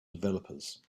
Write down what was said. developers